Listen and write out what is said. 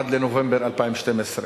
עד לנובמבר 2012,